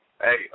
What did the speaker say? hey